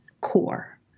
core